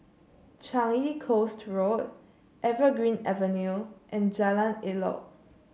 Changi Coast Road Evergreen Avenue and Jalan Elok